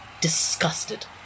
disgusted